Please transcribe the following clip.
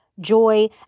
Joy